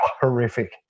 horrific